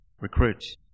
recruits